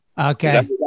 Okay